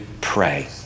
pray